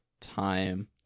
time